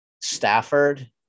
Stafford